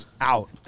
out